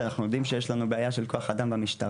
ואנחנו יודעים שיש לנו בעיה של כוח אדם במשטרה,